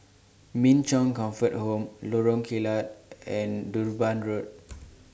Min Chong Comfort Home Lorong Kilat and Durban Road